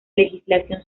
legislación